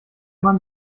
man